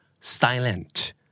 silent